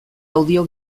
audio